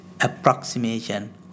approximation